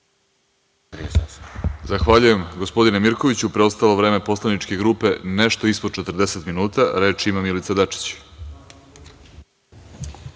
Zahvaljujem, gospodine Mirkoviću. Preostalo vreme poslaničke grupe nešto ispod 40 minuta. Reč ima Milica Dačić.